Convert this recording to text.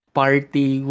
party